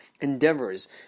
endeavors